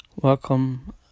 welcome